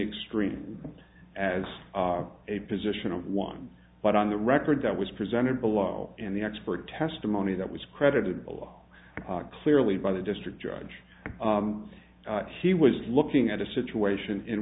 extreme as a position of one but on the record that was presented below and the expert testimony that was creditable law clearly by the district judge he was looking at a situation in